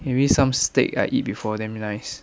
maybe some steak I eat before damn nice